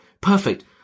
perfect